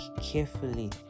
carefully